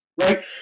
right